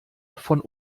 von